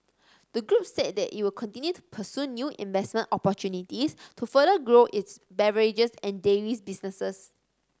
the group said that it will continue to pursue new investment opportunities to further grow its beverages and dairies businesses